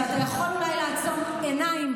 שאתה יכול אולי לעצום עיניים,